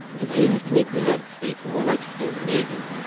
his aim is to make the united states more like scandanavia,